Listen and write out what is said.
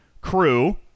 crew